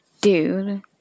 dude